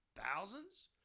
thousands